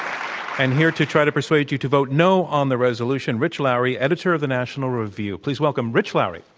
and here to try to persuade you to vote no on the resolution, rich lowry, editor of the national review. please welcome rich lowry.